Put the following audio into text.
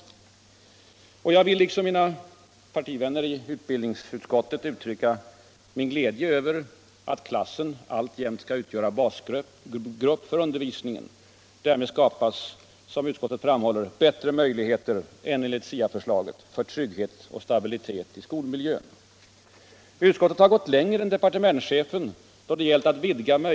Nr 134 Jag vill liksom mina partivänner i utbildningsutskottet uttrycka min Fredagen den glädje över att klassen alltjämt skall utgöra basgrupp för undervisningen. 21 maj 1976 Därmed skapas, som utskottet framhåller, bättre möjligheter än enligt — SIA-förslaget för trygghet och stabilitet i skolmiljön. Skolans inre arbete Utskottet har gått längre än departementschefen då det gällt att vidga — Mm.m.